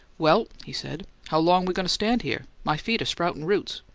well, he said. how long we goin' to stand here? my feet are sproutin' roots.